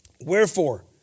Wherefore